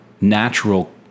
natural